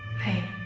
pain.